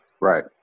Right